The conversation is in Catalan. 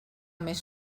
més